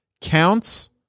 counts